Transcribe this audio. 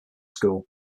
school